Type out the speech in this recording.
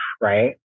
right